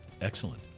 Excellent